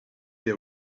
they